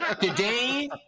Today